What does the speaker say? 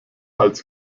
als